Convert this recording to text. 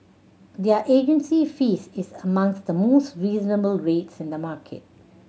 their agency fees is among the most reasonable rates in the market